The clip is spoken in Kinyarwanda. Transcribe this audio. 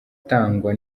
gutangwa